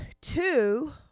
Two